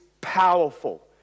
powerful